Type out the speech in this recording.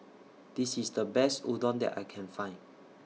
This IS The Best Udon that I Can Find